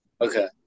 Okay